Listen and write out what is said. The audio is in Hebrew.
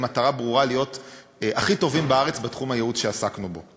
עם מטרה ברורה להיות הכי טובים בארץ בתחום הייעוד שעסקנו בו.